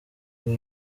uwo